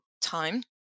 time